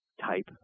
type